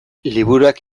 liburuak